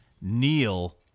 Neil